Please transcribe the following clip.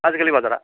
आजिखालि बाजारा